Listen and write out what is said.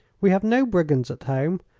we have no brigands at home,